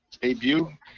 debut